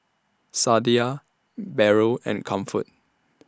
Sadia Barrel and Comfort